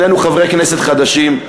שנינו חברי כנסת חדשים.